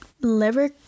liver